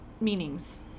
meanings